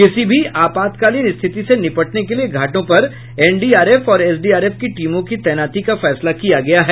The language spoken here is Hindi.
किसी भी आपातकालीन स्थिति से निपटने के लिए घाटों पर एनडीआरएफ और एसडीआरएफ की टीमों की तैनाती का फैसला किया गया है